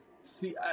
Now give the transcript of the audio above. see